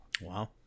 Wow